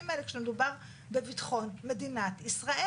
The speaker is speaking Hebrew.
האלה כשמדובר בביטחון מדינת ישראל.